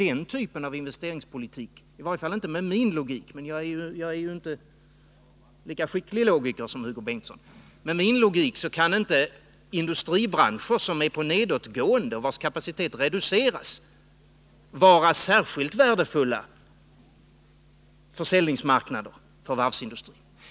Enligt min logik, men jag är ju inte lika skicklig logiker som Hugo Bengtsson, kan inte industribranscher som är på nedåtgående och vilkas kapacitet reduceras vara särskilt värdefulla Nr S1 försäljningsmarknader för varvsindustrin.